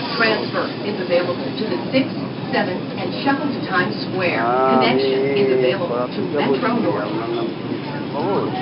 hello হ্যাঁ আমি করাপ থেকে বলছি আপনার নাম কি নিশীথ বাবু